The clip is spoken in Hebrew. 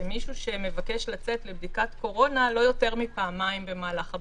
שמישהו שמבקש לצאת לבדיקת קורונה לא יותר מפעמיים במהלך הבידוד.